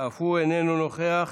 אף הוא איננו נוכח,